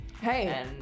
Hey